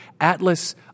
Atlas